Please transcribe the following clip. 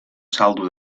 saldo